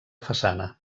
façana